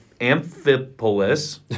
Amphipolis